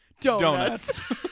Donuts